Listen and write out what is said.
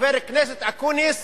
חבר הכנסת אקוניס